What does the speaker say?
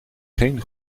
geen